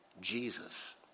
Jesus